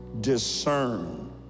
discern